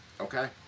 Okay